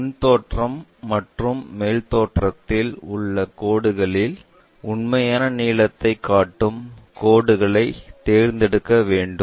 முன் தோற்றம் மற்றும் மேல் தோற்றத்தில் உள்ள கோடுகளில் உண்மையான நீளத்தை காட்டும் கோடுகளை தேர்ந்தெடுக்க வேண்டும்